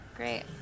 great